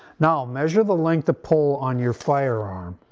now, measure the length of pull on your firearm.